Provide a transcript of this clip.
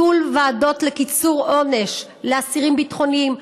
ביטול ועדות לקיצור עונש לאסירים ביטחוניים,